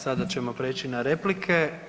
Sada ćemo prijeći na replike.